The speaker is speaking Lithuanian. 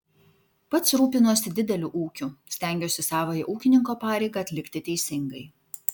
pats rūpinuosi dideliu ūkiu stengiuosi savąją ūkininko pareigą atlikti teisingai